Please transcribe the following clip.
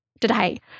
today